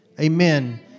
amen